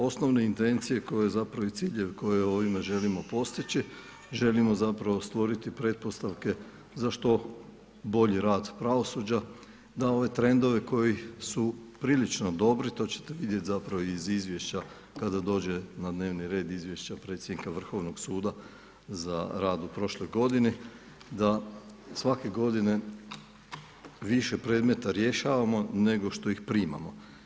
Osnovne intencije koje zapravo i ciljeve koje ovime želimo postići želimo zapravo stvoriti pretpostavke za što bolji rad pravosuđa da ove trendove koji su prilično dobri, to ćete vidjeti zapravo iz izvješća kada dođe na dnevni red izvješća predsjednika Vrhovnog suda za rad u prošloj godini da svake godine više predmeta rješavamo nego što ih primamo.